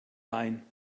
ein